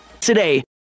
Today